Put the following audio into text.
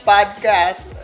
Podcast